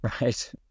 right